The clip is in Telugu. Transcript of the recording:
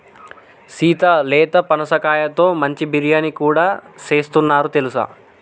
సీత లేత పనసకాయతో మంచి బిర్యానీ కూడా సేస్తున్నారు తెలుసా